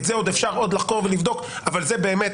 את זה אפשר עוד לחקור ולבדוק אבל זה באמת